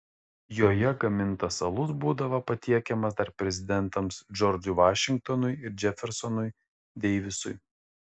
joje gamintas alus būdavo patiekiamas dar prezidentams džordžui vašingtonui ir džefersonui deivisui